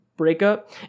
Breakup